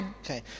Okay